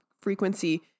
frequency